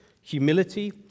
humility